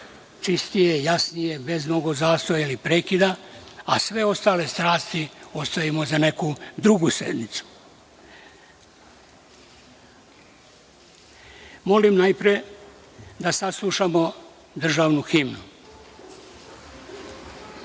čistije, jasnije, bez mnogo zastoja i prekida, a sve ostale strasti ostavimo za neku drugu sednicu. Molim da najpre saslušamo državnu himnu